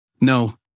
No